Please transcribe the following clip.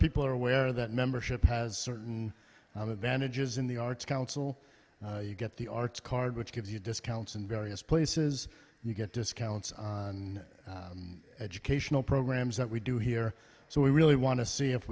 people are aware that membership has certain advantages in the arts council you get the arts card which gives you discounts and various places you get discounts on educational programs that we do here so we really want to see if